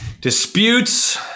disputes